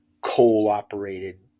coal-operated